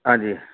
हां जी